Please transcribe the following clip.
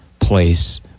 place